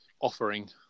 Offering